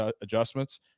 adjustments